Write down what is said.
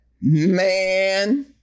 man